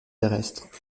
terrestres